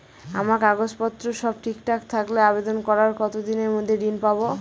আমার কাগজ পত্র সব ঠিকঠাক থাকলে আবেদন করার কতদিনের মধ্যে ঋণ পাব?